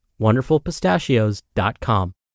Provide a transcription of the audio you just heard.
WonderfulPistachios.com